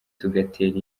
tugatera